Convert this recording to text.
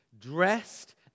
dressed